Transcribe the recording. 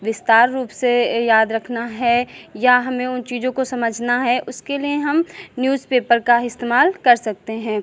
विस्तार रूप से ये याद रखना है या हमें उन चीज़ों को समझना है उसके लिए हम न्यूज़पेपर का ही इस्तेमाल कर सकते हैं